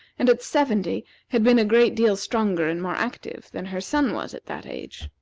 and at seventy had been a great deal stronger and more active than her son was at that age.